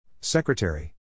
Secretary